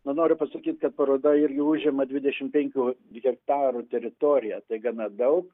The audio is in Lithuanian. na noriu pasakyt kad paroda irgi užima dvidešim penkių hektarų teritoriją tai gana daug